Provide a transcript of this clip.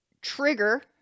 trigger